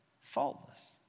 faultless